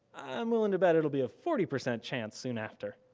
i'm willing to bet it'll be a forty percent chance soon after?